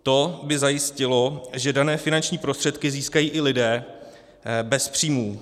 To by zajistilo, že dané finanční prostředky získají i lidé bez příjmů.